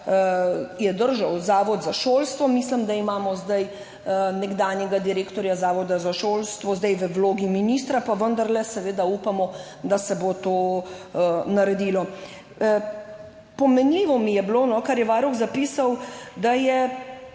to držal Zavod za šolstvo, mislim, da imamo zdaj nekdanjega direktorja Zavoda za šolstvo v vlogi ministra, pa vendarle seveda upamo, da se bo to naredilo. Pomenljivo mi je bilo, kar je Varuh zapisal, da je